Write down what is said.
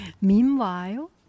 Meanwhile